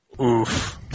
Oof